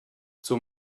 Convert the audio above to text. zur